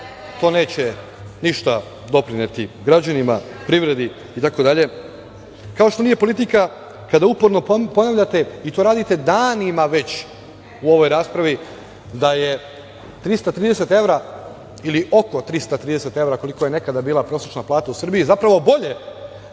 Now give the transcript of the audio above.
to neće ništa doprineti građanima, privredi, itd. Kao što nije politika kada uporno ponavljate, i to radite danima već u ovoj raspravi, da je 330 evra ili oko 330 evra, koliko je nekada bila prosečna plata u Srbiji, zapravo bolje